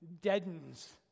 deadens